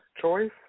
choice